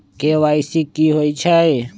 KYC कि होई छई?